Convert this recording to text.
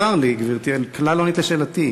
צר לי, גברתי, כלל לא ענית על שאלתי.